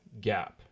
gap